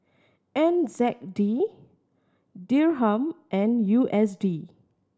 N Z D Dirham and U S D